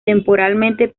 temporalmente